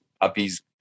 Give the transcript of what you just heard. puppies